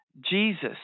Jesus